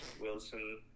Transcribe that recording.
Wilson